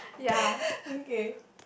okay